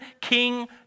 King